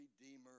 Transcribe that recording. Redeemer